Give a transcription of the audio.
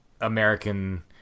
American